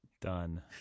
Done